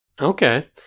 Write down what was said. Okay